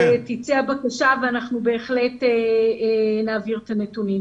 תצא הבקשה ואנחנו כמובן נעביר את הנתונים.